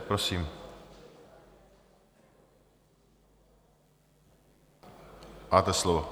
Prosím, máte slovo.